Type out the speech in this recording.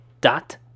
dot